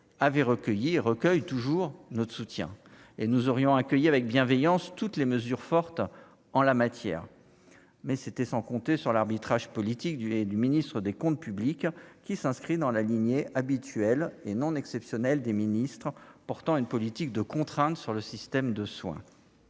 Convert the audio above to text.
avait recueillir recueille toujours notre soutien et nous aurions accueilli avec bienveillance, toutes les mesures fortes en la matière, mais c'était sans compter sur l'arbitrage politique du et du ministre des Comptes publics qui s'inscrit dans la lignée habituelle et non exceptionnel, des ministres portant une politique de contraintes sur le système de soins.